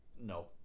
No